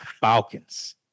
Falcons